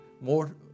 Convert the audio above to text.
more